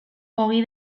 ogi